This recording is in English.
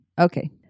Okay